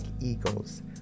eagles